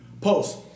post